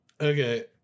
Okay